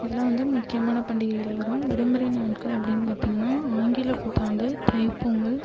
இதெல்லாம் வந்து முக்கியமான பண்டிகைகள்ல வரும் விடுமுறை நாட்கள் அப்படினு பார்த்தீங்கனா ஆங்கில புத்தாண்டு தை பொங்கல்